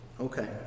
okay